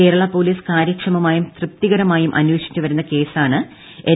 Kerala police കാര്യക്ഷമമായും തൃപ്തികരമായും അന്വേഷിച്ചു വരുന്ന കേസാണ് എൻ